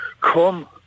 come